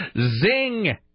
Zing